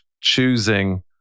choosing